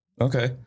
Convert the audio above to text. okay